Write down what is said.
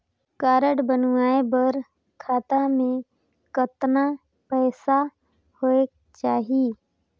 Card बनवाय बर खाता मे कतना पईसा होएक चाही?